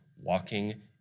walking